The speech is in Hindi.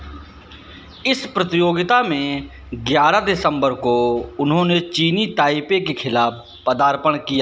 इस प्रतियोगिता में ग्यारह दिसंबर को उन्होंने चीनी ताइपे के ख़िलाफ़ पदार्पण किया